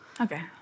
Okay